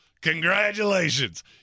Congratulations